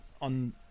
on